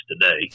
today